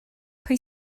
pwy